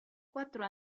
quattro